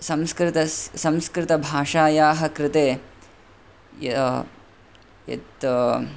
संस्कृतस् संस्कृतभाषायाः कृते य यत्